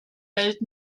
welt